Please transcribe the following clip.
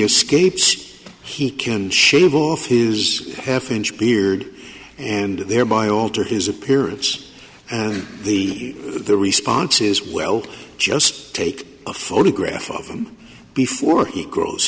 escapes he can shave off his half inch beard and thereby alter his appearance and the the response is well just take a photograph of him before he grows